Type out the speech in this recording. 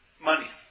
money